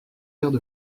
verres